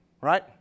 right